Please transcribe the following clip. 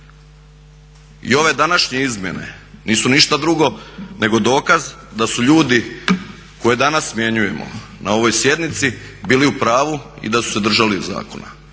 I ove današnje izmjene nisu ništa drugo nego dokaz da su ljudi koje danas smjenjujemo na ovoj sjednici bili u pravu i da su se držali zakona.